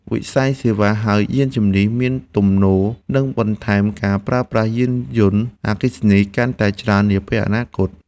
វិស័យសេវាហៅយានជំនិះ មានទំនោរនឹងបន្ថែមការប្រើប្រាស់យានយន្តអគ្គិសនីកាន់តែច្រើននាពេលអនាគត។